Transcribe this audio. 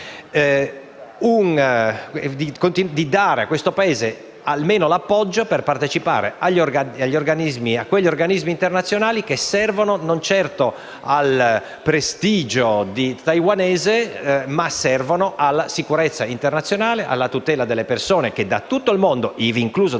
di dare a questo Paese almeno l'appoggio per partecipare a quegli organismi internazionali che servono non al prestigio taiwanese, ma alla sicurezza internazionale, alla tutela delle persone che da tutto il mondo, inclusa la